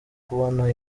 kubona